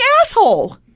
asshole